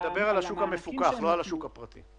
על השוק המפוקח, לא על שוק הפרטי.